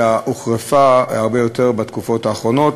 אלא הוחרפה הרבה יותר בתקופות האחרונות,